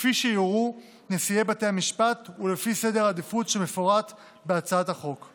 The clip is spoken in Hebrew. כפי שיורו נשיאי בתי המשפט ולפי סדר העדיפות שמפורט בהצעת החוק.